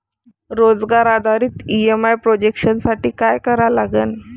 रोजगार आधारित EMI projection साठी का करा लागन?